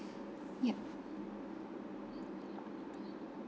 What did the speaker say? yup